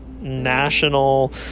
national